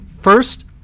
first